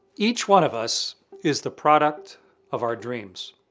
each one of us is the product of our dreams.